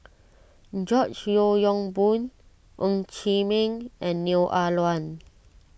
George Yeo Yong Boon Ng Chee Meng and Neo Ah Luan